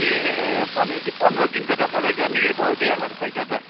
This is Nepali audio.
ए भने पछि पन्ध्र दिनको त तपाईँको निकै पाउँथ्यो होला पैसा त